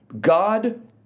God